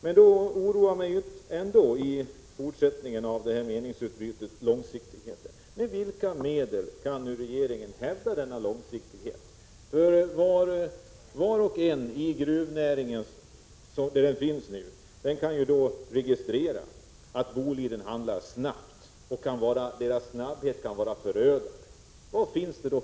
Men jag är ändå oroad då det gäller långsiktigheten. Med vilka medel kan regeringen nu hävda denna långsiktighet? Var och en i den befintliga gruvnäringen kan registrera att Boliden handlar snabbt och att den snabbheten kan vara förödande.